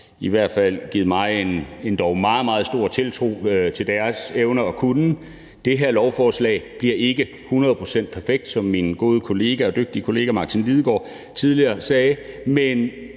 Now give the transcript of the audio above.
i hvert fald mig en endog meget, meget stor tiltro til deres evner og kunnen. Det her lovforslag bliver ikke hundrede procent perfekt, som min gode og dygtige kollega Martin Lidegaard tidligere sagde,